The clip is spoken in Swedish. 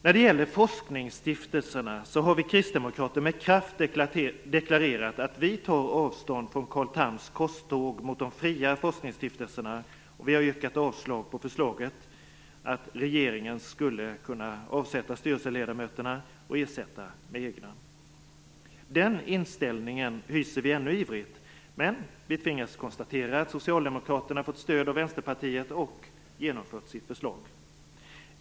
När det gäller forskningsstiftelserna har vi kristdemokrater med kraft deklarerat att vi tar avstånd från Vi har yrkat avslag på förslaget att regeringen skulle kunna avsätta styrelseledamöterna och ersätta med egna. Den inställningen hyser vi ännu ivrigt, men vi tvingas konstatera att Socialdemokraterna fått stöd av Vänsterpartiet och genomför sitt förslag.